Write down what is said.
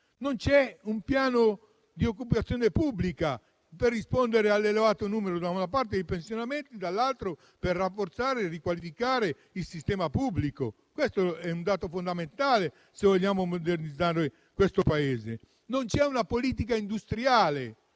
Non c'è un piano di occupazione pubblica per rispondere all'elevato numero da una parte di pensionamenti, dall'altro per rafforzare e riqualificare il sistema pubblico. Questo è un dato fondamentale se vogliamo modernizzare questo Paese. Non esiste una politica industriale